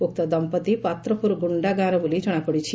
ଉକ୍ତ ଦମ୍ମତି ପାତ୍ରପୁର ଗୁଣ୍ଡା ଗାଁର ବୋଲି ଜଣାପଡ଼ିଛି